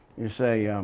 you say